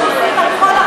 אנחנו עושים הכול,